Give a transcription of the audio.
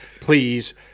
Please